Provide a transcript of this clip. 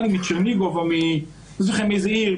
אני לא זוכר מאיזה עיר,